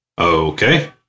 okay